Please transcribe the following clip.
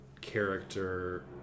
character